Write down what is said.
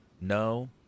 No